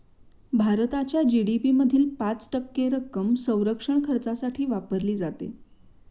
भारताच्या जी.डी.पी मधील पाच टक्के रक्कम संरक्षण खर्चासाठी वापरली जाते